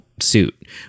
Suit